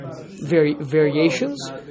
variations